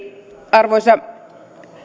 arvoisa